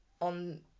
on